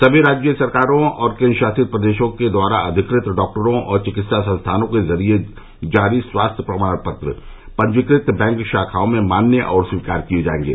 सभी राज्य सरकारों और केन्द्रशासित प्रदेशों के द्वारा अधिकृत डाक्टरों और चिकित्सा संस्थानों के ज़रिये ज़ारी स्वास्थ्य प्रमाण पत्र पंजीकृत बैंक शाखाओं में मान्य और स्वीकार किये जायेंगे